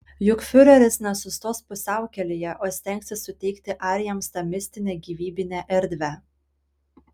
juk fiureris nesustos pusiaukelėje o stengsis suteikti arijams tą mistinę gyvybinę erdvę